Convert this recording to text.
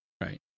Right